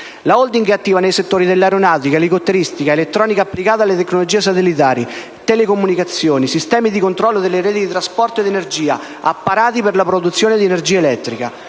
La *holding* è attiva nei settori dell'aeronautica, dell'elicotteristica, dell'elettronica applicata alle tecnologie satellitari e alle telecomunicazioni, dei sistemi di controllo delle reti di trasporto ed energia, negli apparati per la produzione di energia elettrica.